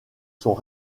sont